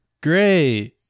Great